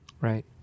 Right